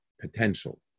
potential